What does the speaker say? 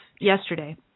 yesterday